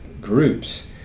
groups